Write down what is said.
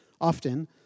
often